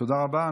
תודה רבה.